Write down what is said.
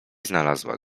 znalazła